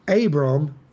Abram